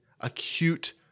acute